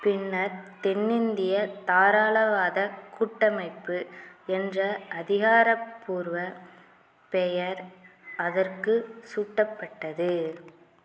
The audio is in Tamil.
பின்னர் தென்னிந்திய தாராளவாதக் கூட்டமைப்பு என்ற அதிகாரப்பூர்வ பெயர் அதற்குச் சூட்டப்பட்டது